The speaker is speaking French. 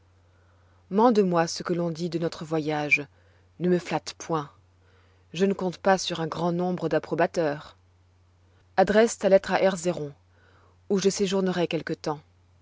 mande moi ce que l'on dit de notre voyage ne me flatte point je ne compte pas sur un grand nombre d'approbateurs adresse ta lettre à erzeron où je séjournerai quelque temps